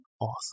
awesome